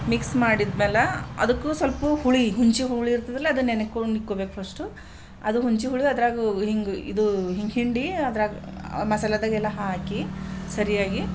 mix ಮಾಡಿದ್ಮೇಲೆ ಅದಕ್ಕೂ ಸ್ವಲ್ಪ ಹುಳಿ ಹುಣಸೆ ಹುಳಿ ಇರ್ತದಲ್ಲ ಅದನ್ನ ನೆನಕೊಂಡು ಇಕ್ಕೊಬೇಕು ಫಸ್ಟು ಅದು ಹುಣಸೆ ಹುಳಿ ಅದ್ರಾಗ ಹಿಂಗೆ ಇದು ಹಿಂಗೆ ಹಿಂಡಿ ಅದ್ರಾಗ ಮಸಾಲೆದಾಗೆಲ್ಲ ಹಾಕಿ ಸರಿಯಾಗಿ